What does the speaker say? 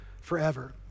forever